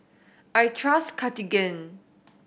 I trust Cartigain